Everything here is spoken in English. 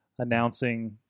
Announcing